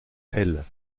elles